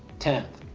tenth,